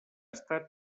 estat